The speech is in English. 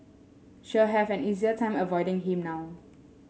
she'll have an easier time avoiding him now